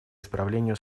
исправлению